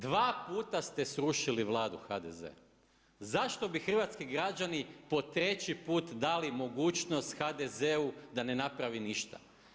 Dva puta ste srušili vladu HDZ-a, zašto bi hrvatski građani po treći put dali mogućnost HDZ-u da ne napravi ništa?